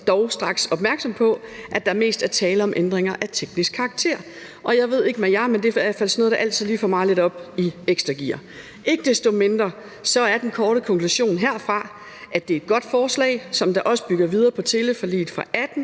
dog straks opmærksom på, at der mest er tale om ændringer af teknisk karakter. Og jeg ved ikke, hvordan det er med jer, men det er i hvert fald noget, der altid lige får mig lidt ekstra op i gear. Ikke desto mindre er den korte konklusion herfra, at det er et godt forslag, som også bygger videre på teleforliget fra 2018